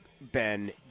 Ben